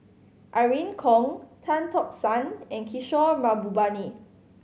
Irene Khong Tan Tock San and Kishore Mahbubani